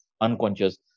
unconscious